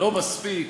ולא מספיק